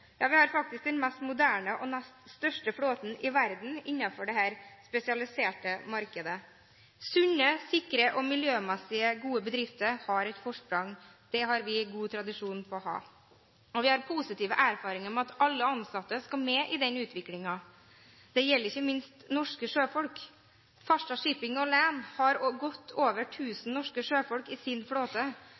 Ja, vi har faktisk den mest moderne og nest største flåten i verden innenfor dette spesialiserte markedet. Sunne, sikre og miljømessig gode bedrifter har et forsprang. Det har vi god tradisjon for å ha. Vi har positive erfaringer med at alle ansatte skal med i den utviklingen. Det gjelder ikke minst norske sjøfolk. Farstad Shipping alene har godt over 1 000 norske sjøfolk i sin flåte.